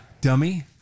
Dummy